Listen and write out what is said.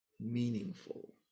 meaningful